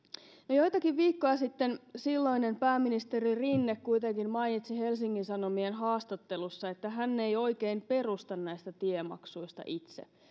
joitakin viikkoja sitten silloinen pääministeri rinne kuitenkin mainitsi helsingin sanomien haastattelussa että hän ei itse oikein perusta näistä tiemaksuista